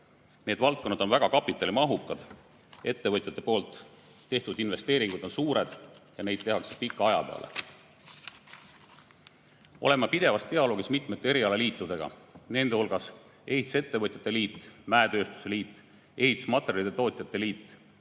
Need valdkonnad on väga kapitalimahukad, ettevõtjate tehtud investeeringud on suured ja neid tehakse pika aja peale. Oleme pidevas dialoogis mitmete erialaliitudega, nende hulgas on ehitusettevõtjate liit, mäetööstuse liit, ehitusmaterjalide tootjate liit